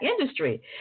industry